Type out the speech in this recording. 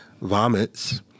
vomits